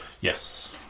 Yes